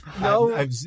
no